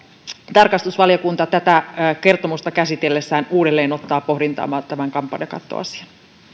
tarkastusvaliokunta tätä kertomusta käsitellessään uudelleen ottaa pohdintaan tämän kampanjakattoasian